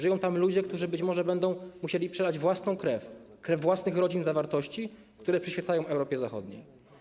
Żyją tam ludzie, którzy być może będą musieli przelać własną krew, krew własnych rodzin za wartości, które przyświecają Europie Zachodniej.